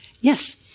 Yes